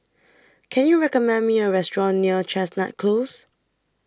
Can YOU recommend Me A Restaurant near Chestnut Close